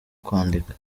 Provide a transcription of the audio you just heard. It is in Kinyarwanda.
kwandika